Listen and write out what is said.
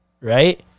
right